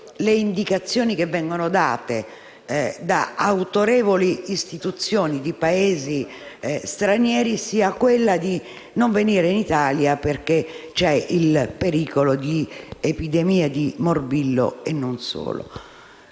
l'indicazione che viene data da autorevoli istituzioni di Paesi stranieri sia quella di non venire in Italia perché c'è il pericolo di epidemie di morbillo, e non solo.